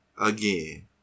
again